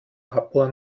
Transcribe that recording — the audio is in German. papua